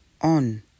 on